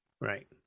Right